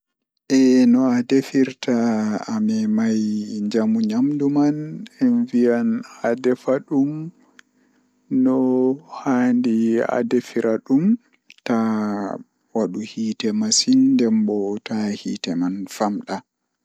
So mi waɗi aɗa toyta ko feewi koñal, jawdi, walla worɓe ngoo hite jooni, mi waɗa toyta worɓe. Worɓe ɗoo njamni waɗi rewɓe njari naange waɗa moƴƴi e nguurii kaɗe. Tumaade mi toyta worɓe, mi feƴƴa laawol rewɓe ɗum waɗa haɗɗii ɗimɓe nguurii ɗe waɗa waɗa waɗi baawol wuro.